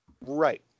Right